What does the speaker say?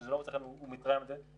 כשזה לא מוצא חן, הוא מתרעם על זה.